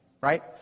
right